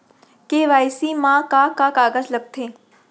KYC मा का का कागज लगथे?